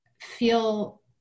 feel